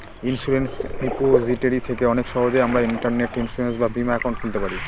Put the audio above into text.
insurance repository থেকে অনেক সহজেই আমরা ইন্টারনেটে ইন্সুরেন্স বা বীমা একাউন্ট খুলতে পারি